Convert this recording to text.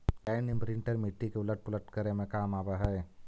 land imprinter मिट्टी के उलट पुलट करे में काम आवऽ हई